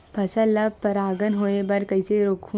फसल ल परागण होय बर कइसे रोकहु?